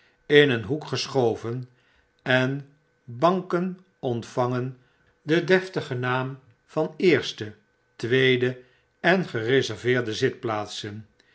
in een hoek geschoven en banken ontvangen den deftigen naam van eerste tweede en gereserveerde zitplaatsen